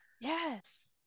Yes